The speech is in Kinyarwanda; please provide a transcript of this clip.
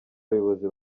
bayobozi